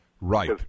Right